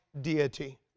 deity